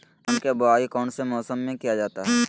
धान के बोआई कौन सी मौसम में किया जाता है?